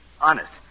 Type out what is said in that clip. Honest